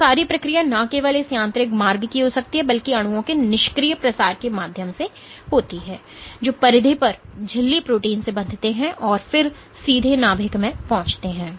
तो यह सारी प्रक्रिया न केवल इस यांत्रिक मार्ग की हो सकती है बल्कि अणुओं के निष्क्रिय प्रसार के माध्यम से होती है जो परिधि पर झिल्ली प्रोटीन से बंधते हैं और फिर सीधे नाभिक में पहुंचते हैं